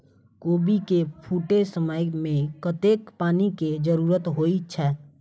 कोबी केँ फूटे समय मे कतेक पानि केँ जरूरत होइ छै?